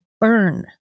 burn